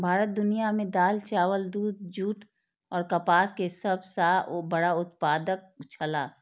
भारत दुनिया में दाल, चावल, दूध, जूट और कपास के सब सॉ बड़ा उत्पादक छला